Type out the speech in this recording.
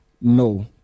No